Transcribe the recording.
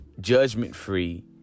judgment-free